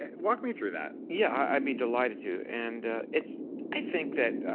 and walk me through that. yeah, i'd be delighted to. and it's, i think that,